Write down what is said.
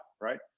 right